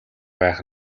байх